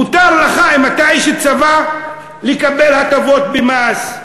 מותר לך אם אתה איש צבא לקבל הטבות במס,